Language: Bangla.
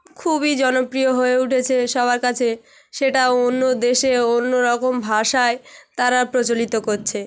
খুবই জনপ্রিয় হয়ে উঠেছে সবার কাছে সেটা অন্য দেশে ও অন্য রকম ভাষায় তারা প্রচলিত করছে